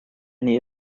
only